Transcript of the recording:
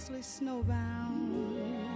Snowbound